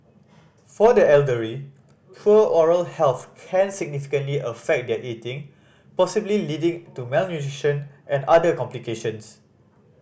for the elderly poor oral health can significantly affect their eating possibly leading to malnutrition and other complications